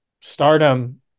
stardom